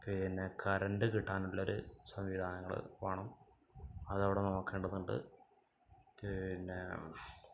പിന്നെ കറണ്ട് കിട്ടാനുള്ളൊരു സംവിധാനങ്ങള് വേണം അതവിടെ നോക്കേണ്ടതുണ്ട് പിന്നെ